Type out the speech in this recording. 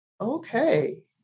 okay